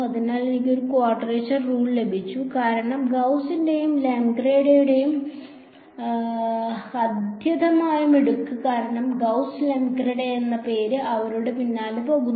അതിനാൽ എനിക്ക് ഒരു ക്വാഡ്രേച്ചർ റൂൾ ലഭിച്ചു കാരണം ഗൌസിന്റെയും ലെംഗഡ്രെയുടെയും അത്യധികമായ മിടുക്ക് കാരണം ഗൌസ് ലെംഗഡ്രെ എന്ന പേര് അവരുടെ പിന്നാലെ പോകുന്നു